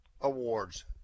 awards